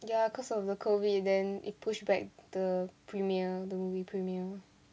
ya cause of the COVID then it pushed back the premier the movie premier